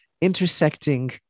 intersecting